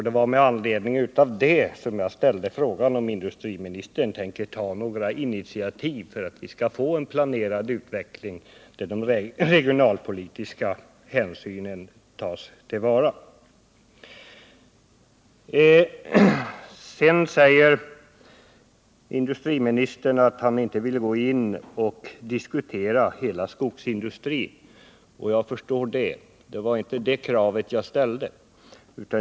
Det var med anledning av det som jag ställde frågan om industriministern tänker ta några initiativ för att vi skall få en planerad utveckling där de regionalpolitiska hänsynen tas till vara. Industriministern säger att han inte vill gå in och diskutera hela skogsindustrin. Jag förstår det — och det var inte det kravet jag ställde.